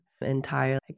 entire